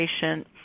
patient